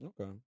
Okay